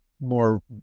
more